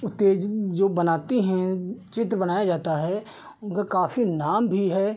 उत्तेजित जो बनाती हैं चित्र बनाया जाता है उनका काफ़ी नाम भी है